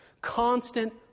Constant